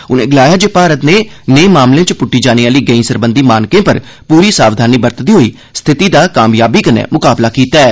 उनें आक्खेआ जे भारत ने नेह् मामले च पुट्टी जाने आली गैई सरबंधी मानकें पर पूरी सावधानी बरतदे होई स्थिति दा कामयाबी कन्नै मुकाबला कीत्ता ऐ